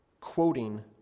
quoting